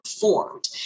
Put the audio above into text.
formed